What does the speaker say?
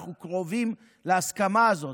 אנחנו קרובים להסכמה הזאת,